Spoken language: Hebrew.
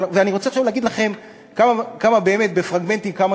ואני רוצה עכשיו להגיד לכם בפרגמנטים כמה